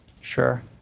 Sure